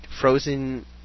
frozen